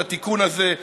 את התיקון הזה,